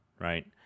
right